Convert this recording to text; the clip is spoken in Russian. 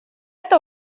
это